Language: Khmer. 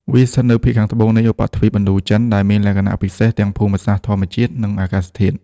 វាស្ថិតនៅភាគខាងត្បូងនៃឧបទ្វីបឥណ្ឌូចិន ដែលមានលក្ខណៈពិសេសទាំងភូមិសាស្ត្រធម្មជាតិ និងអាកាសធាតុ។